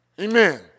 Amen